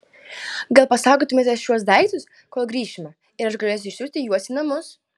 gal pasaugotumėte šiuos daiktus kol grįšime ir aš galėsiu išsiųsti juos į namus